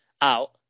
out